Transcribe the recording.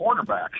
quarterbacks